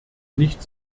nicht